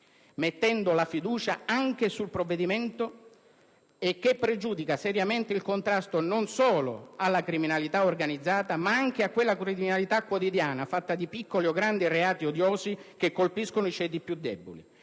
mettendo la fiducia anche su quel provvedimento che pregiudica seriamente il contrasto, non solo alla criminalità organizzata, ma anche a quella criminalità quotidiana fatta di piccoli e grandi reati odiosi che colpiscono i ceti più deboli.